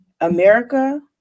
America